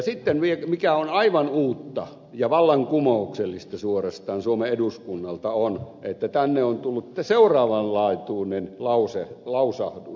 sitten mikä on aivan uutta ja vallankumouksellista suorastaan suomen eduskunnalta tänne on tullut seuraavan laatuinen lausahdus